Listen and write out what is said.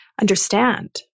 understand